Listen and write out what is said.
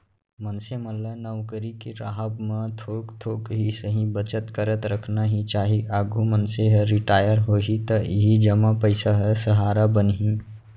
मनसे मन ल नउकरी के राहब म थोक थोक ही सही बचत करत रखना ही चाही, आघु मनसे ह रिटायर होही त इही जमा पइसा ह सहारा बनही